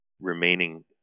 remaining